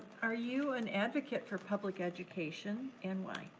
are you an advocate for public education, and why?